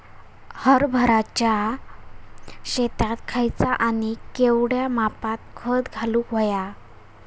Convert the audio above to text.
हरभराच्या शेतात खयचा आणि केवढया मापात खत घालुक व्हया?